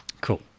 Cool